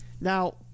Now